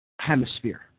hemisphere